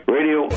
Radio